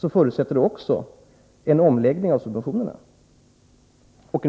krävs det självfallet en minskning av subventionerna.